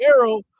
arrow